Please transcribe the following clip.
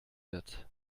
wird